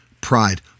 pride